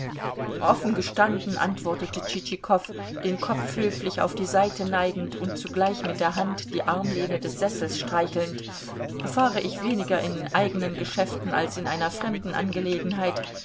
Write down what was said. offen gestanden antwortete tschitschikow den kopf höflich auf die seite neigend und zugleich mit der hand die armlehne des sessels streichelnd fahre ich weniger in eigenen geschäften als in einer fremden angelegenheit